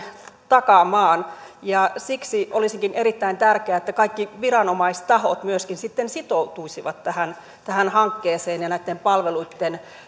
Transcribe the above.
takaamaan ja siksi olisikin erittäin tärkeää että kaikki viranomaistahot myöskin sitoutuisivat tähän tähän hankkeeseen ja palveluitten